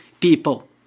people